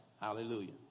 Hallelujah